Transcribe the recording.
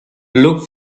look